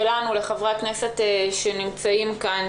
ולנו לחברי הכנסת שנמצאים כאן,